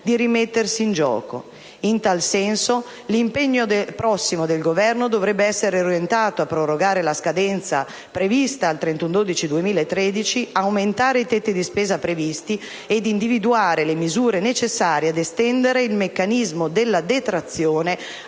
di rimettersi in gioco. In tal senso l'impegno prossimo del Governo dovrebbe essere orientato a prorogare la scadenza prevista al 31 dicembre 2013, ad aumentare i tetti di spesa previsti e ad individuare le misure necessarie ad estendere il meccanismo della detrazione